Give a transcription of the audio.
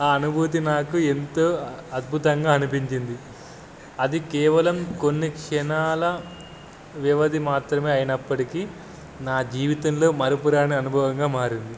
ఆ అనుభూతి నాకు ఎంతో అద్భుతంగా అనిపించింది అది కేవలం కొన్ని క్షణాల వ్యవధి మాత్రమే అయినప్పటికి నా జీవితంలో మరుపురాని అనుభవంగా మారింది